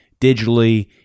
digitally